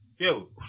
Yo